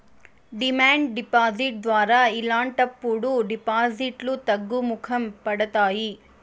demand deposit ద్వారా ఇలాంటప్పుడు డిపాజిట్లు తగ్గుముఖం పడతాయి